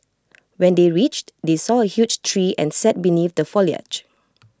when they reached they saw A huge tree and sat beneath the foliage